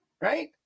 Right